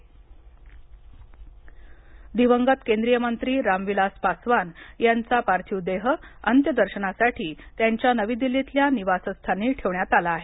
अंत्यदर्शन दिवंगत केंद्रीय मंत्री राम विलास पासवान यांचा पार्थिव देह अंत्य दर्शनासाठी त्यांच्या नवी दिल्लीतल्या निवास स्थानी ठेवण्यात आला आहे